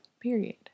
Period